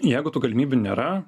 jeigu tų galimybių nėra